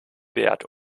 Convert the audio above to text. wert